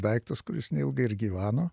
daiktas kuris neilgai ir gyveno